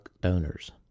donors